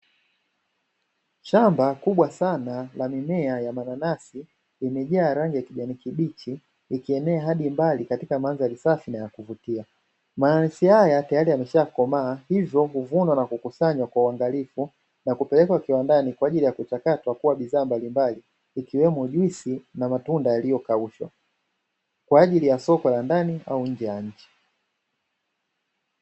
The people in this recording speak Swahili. Shamba kubwa sana la mimea ya mananasi limejaa rangi ya kijani kibichi likienea hadi mbali katika mandhari safi na ya kuvutia. Mananasi haya tayari yameshakomaa, hivyo kuvunwa na kukusanywa kwa uangalifu na kupelekwa kiwandani kwaajili ya kuchakatwa kuwa bidhaa mbalimbali, ikiwemo juisi na matunda yaliyo kaushwa, kwaajili ya soko la ndani au nje ya nchi.